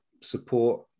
support